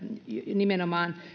nimenomaan